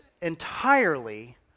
entirely